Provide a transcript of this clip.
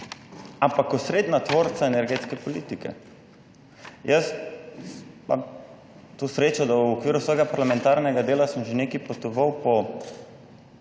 ampak osrednja tvorca energetske politike. Jaz imam to srečo, da v okviru svojega parlamentarnega dela, sem že nekaj potoval po